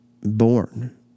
born